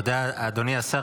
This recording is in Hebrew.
אדוני השר,